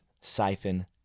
siphon